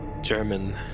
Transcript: German